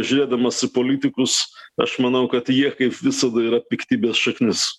žiūrėdamas į politikus aš manau kad jie kaip visada yra piktybės šaknis